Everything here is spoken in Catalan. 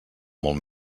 molt